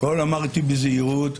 אמרתי בזהירות,